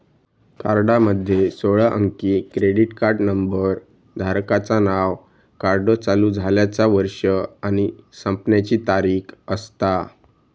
कार्डामध्ये सोळा अंकी क्रेडिट कार्ड नंबर, धारकाचा नाव, कार्ड चालू झाल्याचा वर्ष आणि संपण्याची तारीख असता